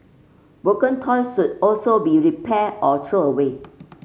broken toys should also be repaired or throw away